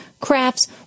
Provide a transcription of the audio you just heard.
crafts